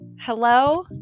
hello